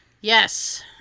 Yes